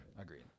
Agreed